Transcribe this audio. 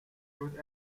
ruth